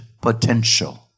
potential